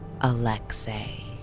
Alexei